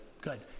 good